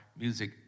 music